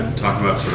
talking about, sort